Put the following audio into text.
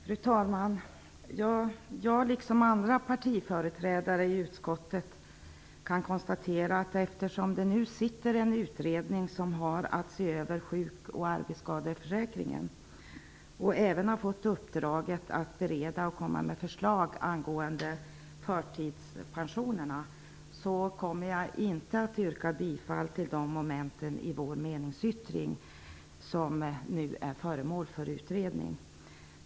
Fru talman! Jag liksom andra partiföreträdare i utskottet kan konstatera följande: Eftersom det nu sitter en utredning som har att se över sjuk och arbetsskadeförsäkringen och som även har fått uppdraget att komma med förslag angående förtidspensionerna, kommer jag inte att yrka bifall till vår meningsyttring under de moment där frågorna nu är föremål för utredning.